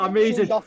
Amazing